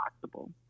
possible